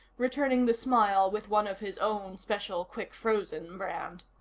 returning the smile with one of his own special quick-frozen brand.